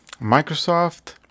microsoft